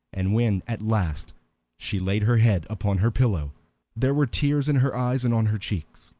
and when at last she laid her head upon her pillow there were tears in her eyes and on her cheeks.